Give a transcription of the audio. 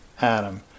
Adam